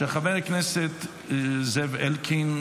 התשפ"ד 2024,